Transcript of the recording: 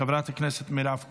חברת הכנסת מירב כהן,